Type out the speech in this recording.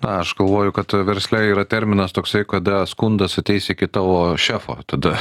aš galvoju kad versle yra terminas toksai kada skundas ateis iki tavo šefo tada